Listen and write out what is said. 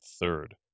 third